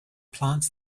plants